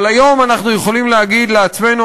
אבל היום אנחנו יכולים להגיד לעצמנו,